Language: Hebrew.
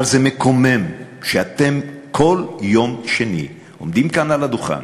אבל זה מקומם שאתם כל יום שני עומדים כאן על הדוכן